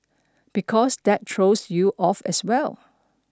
because that throws you off as well